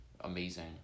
amazing